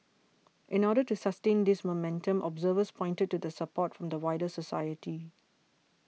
in order to sustain this momentum observers pointed to the support from the wider society